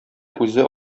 үзе